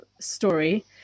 story